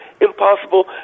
impossible